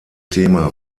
thema